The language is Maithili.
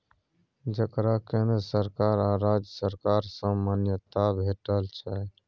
जकरा केंद्र सरकार आ राज्य सरकार सँ मान्यता भेटल छै